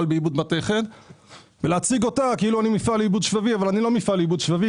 בעיבוד מתכת כאילו אני מפעל לעיבוד שבבי ואני לא מפעל לעיבוד שבבי.